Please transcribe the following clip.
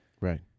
Right